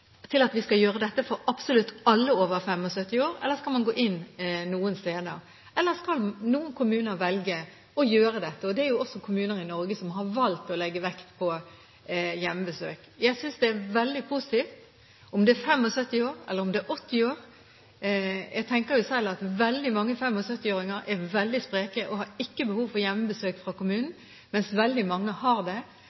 av ressursmessige grunner. Skal man gjøre dette for absolutt alle over 75 år? Skal man gå inn noen steder, eller skal noen kommuner velge å gjøre dette? Det er jo også kommuner i Norge som har valgt å legge vekt på hjemmebesøk. Jeg synes det er veldig positivt. Om det er 75 år eller 80 år – jeg tenker jo selv at veldig mange 75-åringer er veldig spreke og har ikke behov for hjemmebesøk fra kommunen,